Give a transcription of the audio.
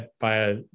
via